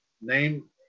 name